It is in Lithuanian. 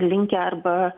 linkę arba